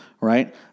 right